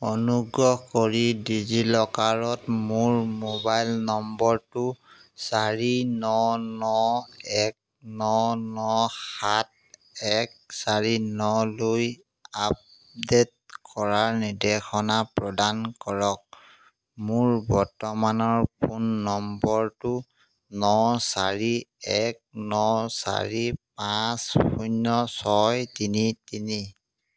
অনুগ্ৰহ কৰি ডিজিলকাৰত মোৰ মোবাইল নম্বৰটো চাৰি ন ন এক ন ন সাত এক চাৰি নলৈ আপডেট কৰাৰ নিৰ্দেশনা প্ৰদান কৰক মোৰ বৰ্তমানৰ ফোন নম্বৰটো ন চাৰি এক ন চাৰি পাঁচ শূন্য ছয় তিনি তিনি